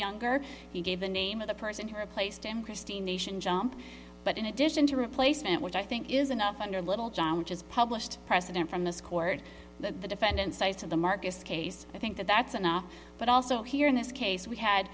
younger he gave the name of the person who replaced him christine nation jump but in addition to replacement which i think is enough under littlejohn which is published precedent from this court that the defendant cites of the marcus case i think that that's enough but also here in this case we had